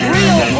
real